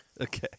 Okay